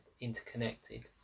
interconnected